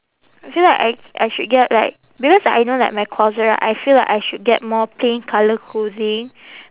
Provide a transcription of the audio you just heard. I feel like I I should get like because I know like my closet right I feel like I should get more plain colour clothing